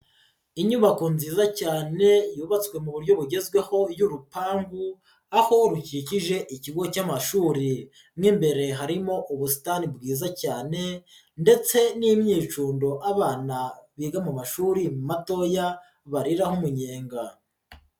Inyubako nziza cyane yubatswe mu buryo bugezweho y'urupangu, aho rukikije ikigo cy'amashuri, mo imbere harimo ubusitani bwiza cyane ndetse n'imyicundo abana biga mu mashuri matoya bariraho iminyenga.